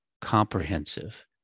comprehensive